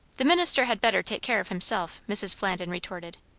the minister had better take care of himself, mrs. flandin retorted.